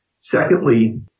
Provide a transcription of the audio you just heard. Secondly